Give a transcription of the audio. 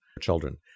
children